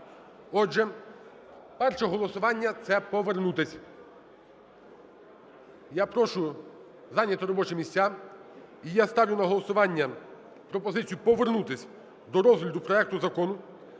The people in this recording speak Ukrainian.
Отже, перше голосування – це повернутись. Я прошу зайняти робочі місця і я ставлю на голосування пропозицію повернутись до розгляду проекту Закону